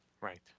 Right